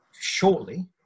shortly